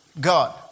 God